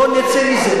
לא נצא מזה,